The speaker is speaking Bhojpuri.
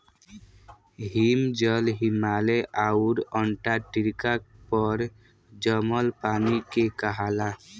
हिमजल, हिमालय आउर अन्टार्टिका पर जमल पानी के कहाला